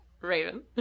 Raven